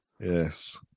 yes